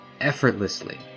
effortlessly